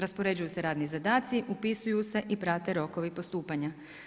Raspoređuju se radni zadaci, upisuju se i prate rokovi postupanja.